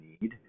need